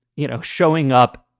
you know, showing up,